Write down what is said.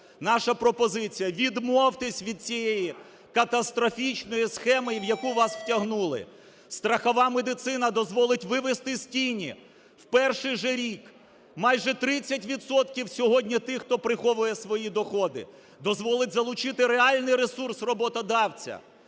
Наша пропозиція: відмовтесь від цієї катастрофічної схеми, в яку вас втягнули. Страхова медицина дозволить вивести з тіні в перший же рік майже 30 відсотків сьогодні тих, хто приховує свої доходи, дозволить залучити реальний ресурс роботодавця.